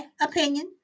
opinion